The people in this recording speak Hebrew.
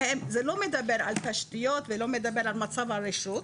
זה לא מדבר על תשתיות ולא מדבר על מצב הרשות,